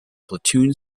platoon